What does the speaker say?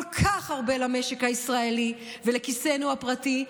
כך הרבה למשק הישראלי ולכיסנו הפרטי,